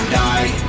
die